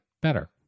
better